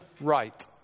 right